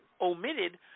omitted